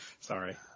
Sorry